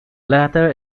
latter